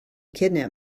kidnap